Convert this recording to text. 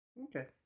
Okay